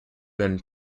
and